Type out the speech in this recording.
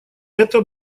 это